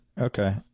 Okay